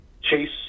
Chase